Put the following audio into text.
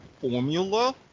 formula